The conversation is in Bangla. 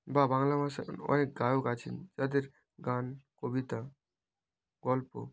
বা বাংলা ভাষায় অনেক গায়ক আছেন যাদের গান কবিতা গল্প